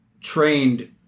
trained